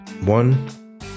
One